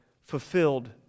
fulfilled